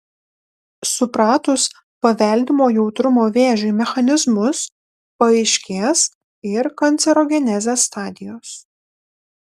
supratus paveldimo jautrumo vėžiui mechanizmus paaiškės ir kancerogenezės stadijos